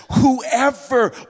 Whoever